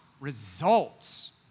results